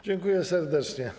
Dziękuję serdecznie.